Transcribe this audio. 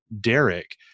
Derek